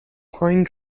pine